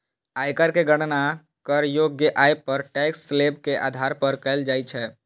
आयकर के गणना करयोग्य आय पर टैक्स स्लेब के आधार पर कैल जाइ छै